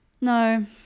No